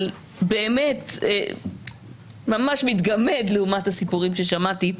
וזה באמת ממש מתגמד לעומת הסיפורים ששמעתי,